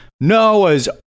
noah's